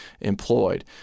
employed